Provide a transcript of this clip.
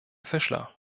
fischler